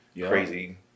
crazy